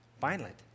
Violent